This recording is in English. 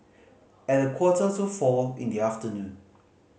at a quarter to four in the afternoon